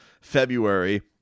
February